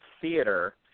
theater –